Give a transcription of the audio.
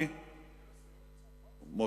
12 יום בצרפת?